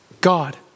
God